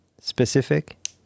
specific